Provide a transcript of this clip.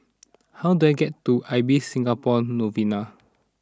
how do I get to Ibis Singapore Novena